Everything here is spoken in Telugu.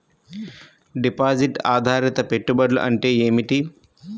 డిపాజిట్ ఆధారిత పెట్టుబడులు అంటే ఏమిటి?